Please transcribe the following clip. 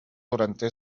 durante